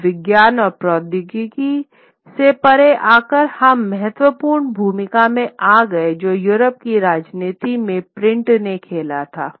अब विज्ञान और प्रौद्योगिकी से परे आकर हम महत्वपूर्ण भूमिका में आ गए जो यूरोप की राजनीति में प्रिंट ने खेला था